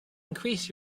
increase